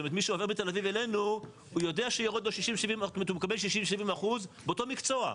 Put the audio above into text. זאת אומרת מי שעובר מתל אביב אלינו יודע שהוא מקבל 60%-70% באותו מקצוע.